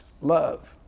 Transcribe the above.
love